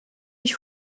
ich